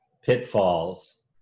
pitfalls